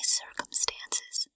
circumstances